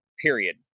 period